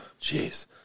jeez